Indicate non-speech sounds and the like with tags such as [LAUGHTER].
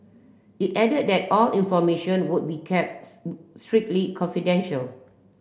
it added that all information would be [UNINTELLIGIBLE] strictly confidential